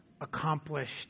accomplished